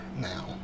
now